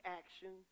action